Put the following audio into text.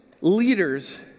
leaders